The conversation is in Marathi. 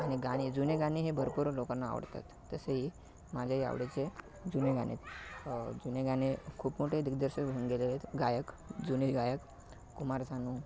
आणि गाणे जुने गाणे हे भरपूर लोकांना आवडतात तसेही माझ्याही आवडीचे जुने गाणे जुने गाणे खूप मोठे दिग्दर्शक होऊन गेलेले आहेत गायक जुने गायक कुमार सानू